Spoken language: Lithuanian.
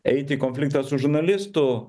eiti į konfliktą su žurnalistu